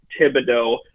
Thibodeau